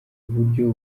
buryo